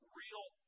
real